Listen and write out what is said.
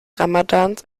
ramadans